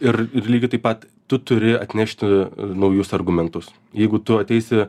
ir ir lygiai taip pat tu turi atnešti naujus argumentus jeigu tu ateisi